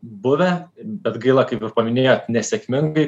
buvę bet gaila kaip ir paminėjot nesėkmingai